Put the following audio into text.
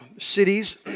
cities